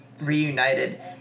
reunited